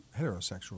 heterosexual